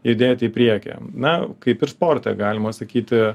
judėti į priekį na kaip ir sportą galima sakyti